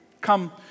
come